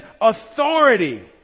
authority